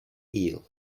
ill